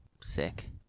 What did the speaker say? Sick